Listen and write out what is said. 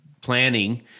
planning